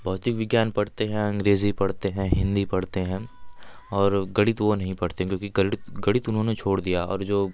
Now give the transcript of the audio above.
भौतिक विज्ञान पढ़ते हैं अंग्रेज़ी पढ़ते हैं हिंदी पढ़ते हैं और गणित वो नहीं पढ़ते क्योंकि गणित गणित उन्होंने छोड़ दिया और जो